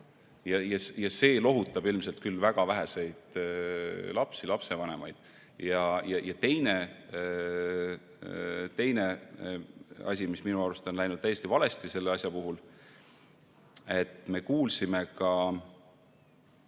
See lohutab ilmselt küll väga väheseid lapsi ja lapsevanemaid. Teine asi, mis minu arust on läinud täiesti valesti selle asja puhul. Ma võin eksida,